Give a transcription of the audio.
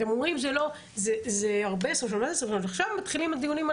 אתם אומרים זה הרבה 2023. עכשיו מתחילים הדיונים על